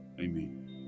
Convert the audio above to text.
amen